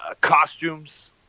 costumes